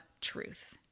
truth